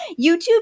YouTube